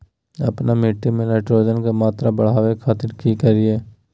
आपन मिट्टी में नाइट्रोजन के मात्रा बढ़ावे खातिर की करिय?